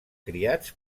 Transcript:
criats